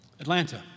Atlanta